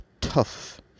tough